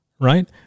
right